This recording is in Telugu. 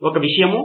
ప్రొఫెసర్ అవును